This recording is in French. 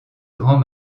grand